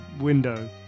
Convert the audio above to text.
window